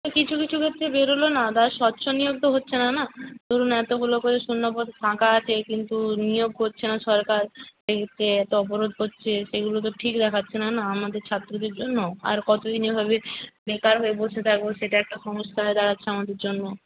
কিছু কিছু ক্ষেত্রে বেরোলো না তার স্বচ্ছ নিয়োগ তো হচ্ছে না না ধরুন এতোগুলো করে শূন্য পদ ফাঁকা আছে কিন্তু নিয়োগ করছে না সরকার এই যে এতো অবরোধ করছে সেগুলো তো ঠিক দেখাচ্ছে না আমাদের ছাত্রদের জন্য আর কতো দিন এভাবে বেকার হয়ে বসে থাকবো সেটা একটা সমস্যা হয়ে দাঁড়াচ্ছে আমাদের জন্য